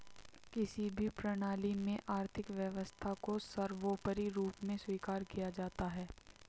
किसी भी प्रणाली में आर्थिक व्यवस्था को सर्वोपरी रूप में स्वीकार किया जाता है